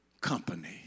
company